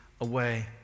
away